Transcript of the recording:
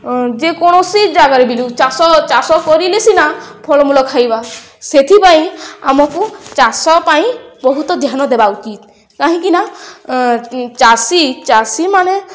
ଯେକୌଣସି ଜାଗାରେ ଚାଷ ଚାଷ କରିଲେ ସିନା ଫଳମୂଳ ଖାଇବା ସେଥିପାଇଁ ଆମକୁ ଚାଷ ପାଇଁ ବହୁତ ଧ୍ୟାନ ଦେବା ଉଚିତ୍ କାହିଁକିନା ଚାଷୀ ଚାଷୀମାନେ